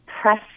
press